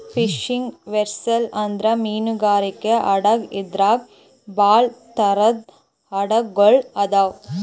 fishing vessel ಅಂದ್ರ ಮೀನ್ಗಾರಿಕೆ ಹಡಗ್ ಇದ್ರಾಗ್ ಭಾಳ್ ಥರದ್ ಹಡಗ್ ಗೊಳ್ ಅದಾವ್